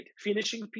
finishing